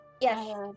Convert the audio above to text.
Yes